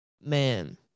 man